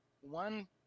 one